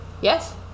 Yes